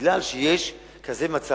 מכיוון שיש כזה מצב,